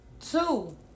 two